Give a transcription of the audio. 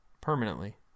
permanently